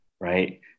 right